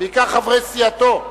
בעיקר חברי סיעתו.